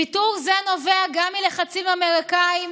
ויתור זה נובע גם מלחצים אמריקניים,